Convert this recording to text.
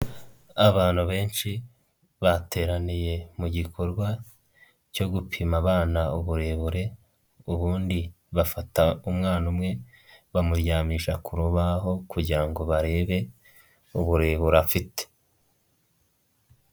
Abantu benshi bateraniye mu gikorwa cyo gupima abana uburebure, ubundi bafata umwana umwe bamuryamisha ku rubaho kugira ngo barebe uburebure afite.